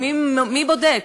מי בודק